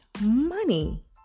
money